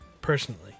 Personally